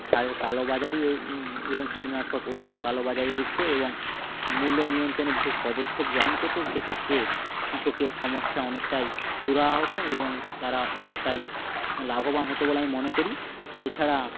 সারের কালোবাজারি ও এবং কীটনাশক ওষুধের কালোবাজারি রুখত এবং মূল্য নিয়ন্ত্রণে বিশেষ পদক্ষেপ গ্রহণ করত সেক্ষেত্রে কৃষকের সমস্যা অনেকটাই সুরাহা হতো এবং তারা অনেকটাই লাভবান হতো বলে আমি মনে করি এছাড়া